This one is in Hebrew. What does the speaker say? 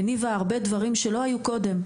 הניבה דברים רבים שלא היו קודם,